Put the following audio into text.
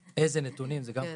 איזה נתונים זה גם חשוב.